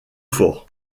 fort